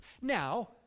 Now